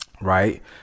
right